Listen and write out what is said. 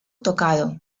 tocado